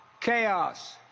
chaos